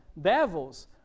devils